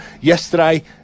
yesterday